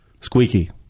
Squeaky